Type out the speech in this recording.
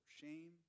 shame